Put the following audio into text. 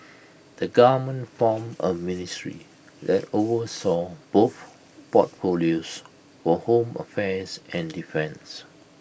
the government formed A ministry that oversaw both portfolios for home affairs and defence